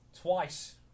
twice